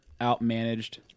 outmanaged